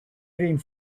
eating